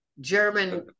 German